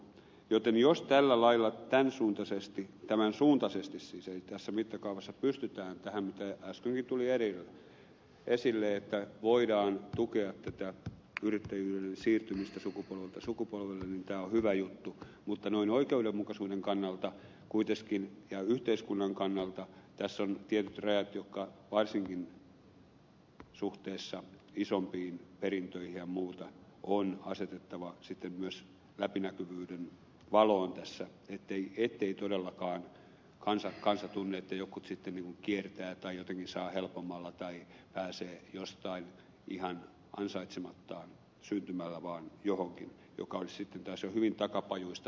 joten jos tällä lailla tämän suuntaisesti siis ei tässä mittakaavassa pystytään tähän mitä äskenkin tuli esille että voidaan tukea tätä yrittäjyyden siirtymistä sukupolvelta sukupolvelle niin tämä on hyvä juttu mutta noin oikeudenmukaisuuden kannalta kuitenkin ja yhteiskunnan kannalta tässä on tietyt rajat jotka varsinkin suhteessa isompiin perintöihin ja muuhun on asetettava sitten myös läpinäkyvyyden valoon ettei todellakaan kansa tunne että jotkut kiertävät tai saavat helpommalla tai pääsevät ihan ansaitsemattaan syntymällä vaan johonkin mikä olisi sitten taas jo hyvin takapajuista eurooppalaista ajattelua